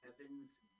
Heaven's